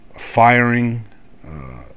firing